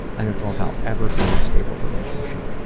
i don't know if i'll ever be in a stable relationship.